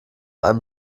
einem